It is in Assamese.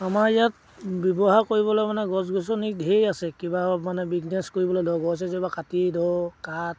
আমাৰ ইয়াত ব্যৱহাৰ কৰিবলৈ মানে গছ গছনি ঢেৰ আছে কিবা মানে বিজনেছ কৰিবলৈ ধৰক গছ এজোপা কাটি ধৰক কাঠ